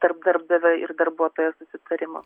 tarp darbdavio ir darbuotojo susitarimo